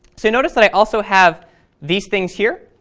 so notice that i also have these things here.